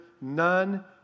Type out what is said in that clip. none